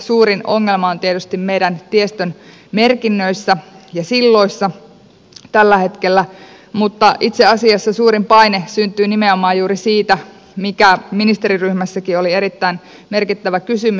suurin ongelma tällä hetkellä on tietysti meidän tiestön merkinnöissä ja silloissa mutta itse asiassa suurin paine syntyy nimenomaan juuri siitä mikä ministeriryhmässäkin oli erittäin merkittävä kysymys